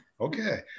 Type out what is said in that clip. Okay